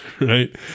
right